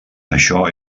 això